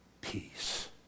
peace